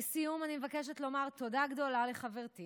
לסיום אני מבקשת לומר תודה גדולה לחברתי